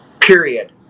period